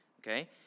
okay